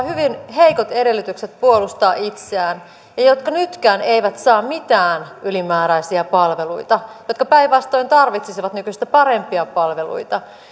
hyvin heikot edellytykset puolustaa itseään jotka nytkään eivät saa mitään ylimääräisiä palveluita ja jotka päinvastoin tarvitsisivat nykyistä parempia palveluita